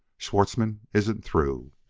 schwartzmann isn't through.